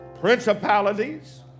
principalities